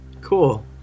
Cool